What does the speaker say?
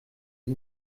sie